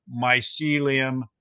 mycelium